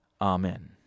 Amen